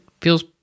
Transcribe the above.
feels